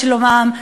לשלומם?